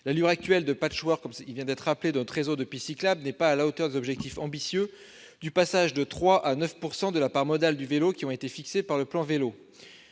L'allure actuelle de patchwork, qui vient d'être rappelée, de notre réseau de pistes cyclables n'est pas à la hauteur des objectifs ambitieux du passage de 3 % à 9 % de la part modale du vélo qui ont été fixés par le plan Vélo.